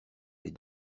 les